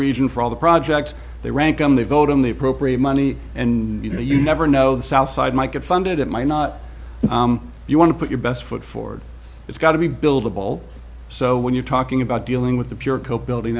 region for all the projects they rank them they vote in the appropriate money and you know you never know the south side might get funded it might not you want to put your best foot forward it's got to be buildable so when you're talking about dealing with the pure coke building